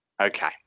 Okay